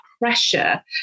pressure